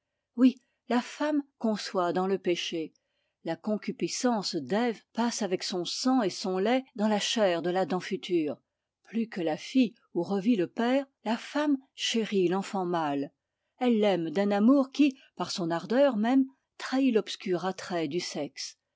oui la femme conçoit dans le péché la concupiscence d'ève passe avec son rang et son lait dans la chair de l'adam futur plus que la fille où revit le père la femme chérit l'enfant mâle elle l'aime d'un amour qui par son ardeur même trahit l'obscur attrait du sexe